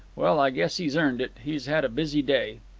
well, i guess he's earned it. he's had a busy day.